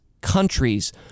countries